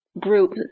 group